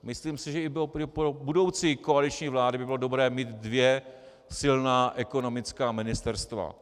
Myslím si, že by i pro budoucí koaliční vlády bylo dobré mít dvě silná ekonomická ministerstva.